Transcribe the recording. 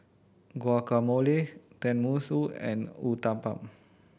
Guacamole Tenmusu and Uthapam